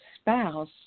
spouse